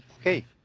Okay